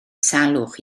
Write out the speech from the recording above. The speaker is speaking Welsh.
salwch